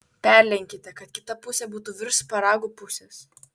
perlenkite kad kita pusė būtų virš šparagų pusės